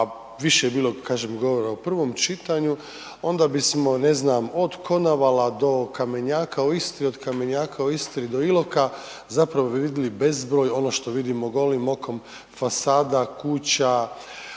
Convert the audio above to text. više je bilo, kažem, govora u prvom čitanju, onda bismo, ne znam, od Konavala do Kamenjaka u Istri, od Kamenjaka u Istri do Iloka zapravo bi vidili bezbroj ono što vidimo golim okom fasada, kuća